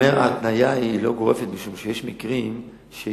ההתניה היא לא גורפת, משום שיש מקרים שיש